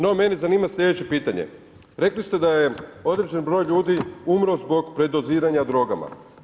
No, mene zanima sljedeće pitanje, rekli ste da je određeni broj ljudi umro zbog predoziranja drogama.